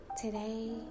Today